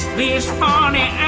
these funny